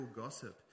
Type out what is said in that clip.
gossip